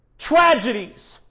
tragedies